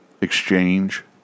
exchange